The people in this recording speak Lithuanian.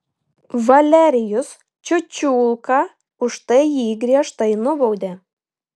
valerijus čiučiulka už tai jį griežtai nubaudė